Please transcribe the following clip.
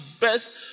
best